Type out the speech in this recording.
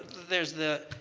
there's the